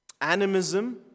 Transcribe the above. Animism